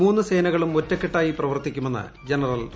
മൂന്നു സേനകളും ഒറ്റക്കെട്ടായി പ്രവർത്തിക്കുമെന്ന് ജനറൽ റാവത്ത്